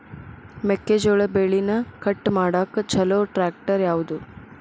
ಮೆಕ್ಕೆ ಜೋಳ ಬೆಳಿನ ಕಟ್ ಮಾಡಾಕ್ ಛಲೋ ಟ್ರ್ಯಾಕ್ಟರ್ ಯಾವ್ದು?